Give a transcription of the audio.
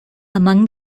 among